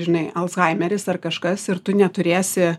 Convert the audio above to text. žinai alzhaimeris ar kažkas ir tu neturėsi